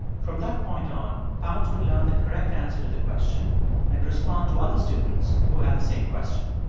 from that point on, pounce would learn the correct answer to the question and respond to other students who had the same question.